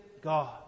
God